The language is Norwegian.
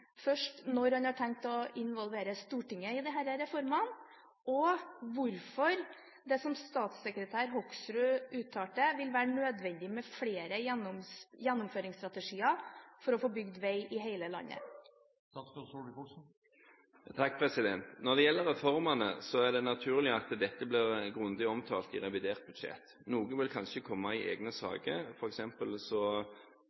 når man har tenkt å involvere Stortinget i disse reformene, og hvorfor – som statssekretær Hoksrud uttalte – det vil være nødvendig med flere gjennomføringsstrategier for å få bygd vei i hele landet? Når det gjelder reformene, er det naturlig at dette blir grundig omtalt i revidert budsjett. Noe vil kanskje komme i egne